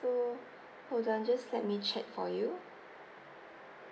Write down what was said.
so hold on just let me check for you